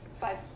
five